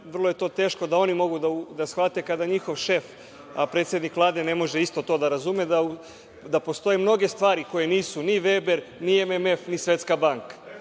vrlo je to teško da oni mogu da shvate da kada njihov šef predsednik Vlade ne može isto to da razume, da postoje mnoge stvari koje nisu ni Veber, ni MMF, ni Svetska banka.